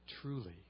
truly